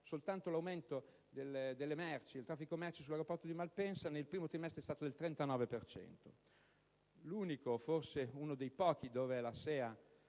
Soltanto l'aumento del traffico merci sull'aeroporto di Malpensa nel primo trimestre è stato del 39 per cento, l'unico, o forse uno dei pochi, dove la SEA